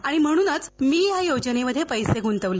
आणि म्हणूनच मी या योजनेमध्ये पैसे गुंतवले